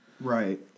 Right